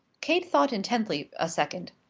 kate thought intently a second.